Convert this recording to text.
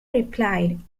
replied